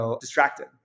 distracted